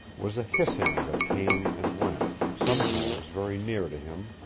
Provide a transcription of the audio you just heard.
was a hissing that came and went, sometimes very near to him,